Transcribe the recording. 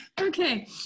Okay